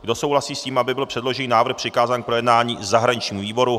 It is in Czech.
Kdo souhlasí s tím, aby byl předložený návrh přikázán k projednání zahraničnímu výboru?